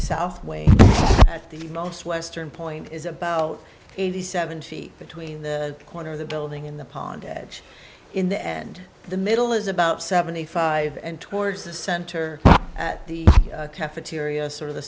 south way the most western point is about eighty seven feet between the corner of the building in the pond edge in the end the middle is about seventy five and towards the center at the cafeteria sort of